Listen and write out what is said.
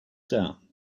down